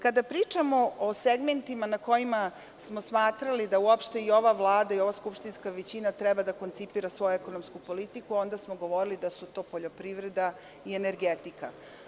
Kada pričamo o segmentima na kojima smo smatrali da uopšte i ova vlada i ova skupštinska većina treba da koncipira svoju ekonomsku politiku, onda smo govorili da su to poljoprivreda i energetika.